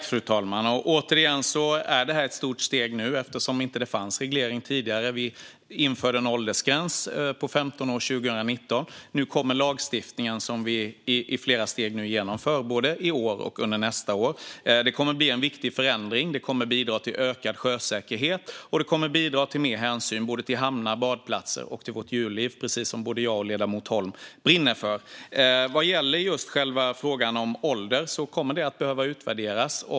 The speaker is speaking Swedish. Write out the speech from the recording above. Fru talman! Det är ett stort steg vi tar, eftersom det inte fanns någon reglering tidigare. Vi införde en åldersgräns på 15 år 2019. Nu kommer denna lagstiftning, som vi genomför i flera steg i år och under nästa år. Det kommer att bli en viktig förändring som bidrar till ökad sjösäkerhet och mer hänsyn till hamnar, badplatser och vårt djurliv, vilket både jag och ledamoten Holm brinner för. Frågan om ålder kommer att behöva utvärderas.